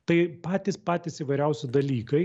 tai patys patys įvairiausi dalykai